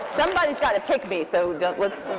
somebody's got to pick me, so don't let's